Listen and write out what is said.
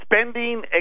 Spending